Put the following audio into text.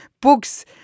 books